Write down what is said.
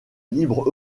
libre